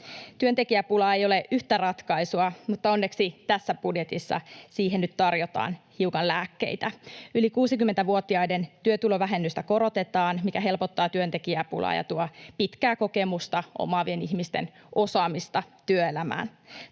Työntekijäpulaan ei ole yhtä ratkaisua, mutta onneksi tässä budjetissa siihen nyt tarjotaan hiukan lääkkeitä. Yli 60-vuotiaiden työtulovähennystä korotetaan, mikä helpottaa työntekijäpulaa ja tuo pitkää kokemusta omaavien ihmisten osaamista työelämään.